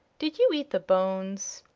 did you eat the bones?